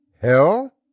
Hell